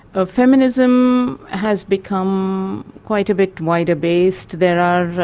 ah feminism has become quite a bit wider based. there are